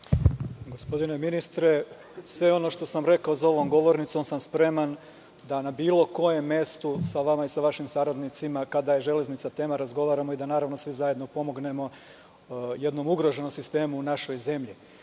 Gospodine ministre, sve ono što sam rekao za ovom govornicom sam spreman da na bilo kojem mestu sa vama i vašim saradnicima, kada je „Železnica“ tema, razgovaramo i da, naravno, svi zajedno pomognemo jednom ugroženom sistemu naše